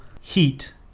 heat